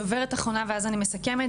דוברת אחרונה ואז אני מסכמת,